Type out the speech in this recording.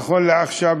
נכון לעכשיו,